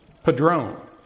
Padrone